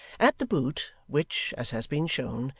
at the boot, which, as has been shown,